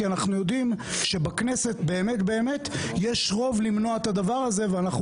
כי אנחנו יודעים שבכנסת באמת יש רוב למנוע את הדבר הזה ואנחנו